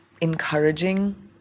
encouraging